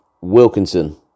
Wilkinson